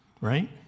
Right